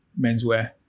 menswear